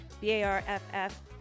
b-a-r-f-f